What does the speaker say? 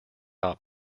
not